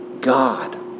God